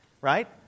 right